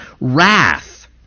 wrath